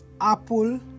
Apple